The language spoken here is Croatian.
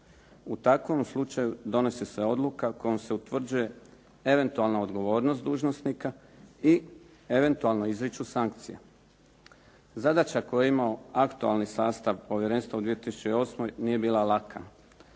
U takvom slučaju donosi se odluka kojom se utvrđuje eventualna odgovornost dužnosnika i eventualno izriču sankcije. Zadaća koju je imao aktualni sastav povjerenstva u 2008. nije bila laka.